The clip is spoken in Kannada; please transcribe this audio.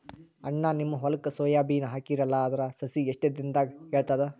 ಅಣ್ಣಾ, ನಿಮ್ಮ ಹೊಲಕ್ಕ ಸೋಯ ಬೀನ ಹಾಕೀರಲಾ, ಅದರ ಸಸಿ ಎಷ್ಟ ದಿಂದಾಗ ಏಳತದ?